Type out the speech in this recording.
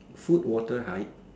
food water hike